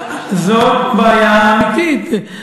זאת בעיה ארצית,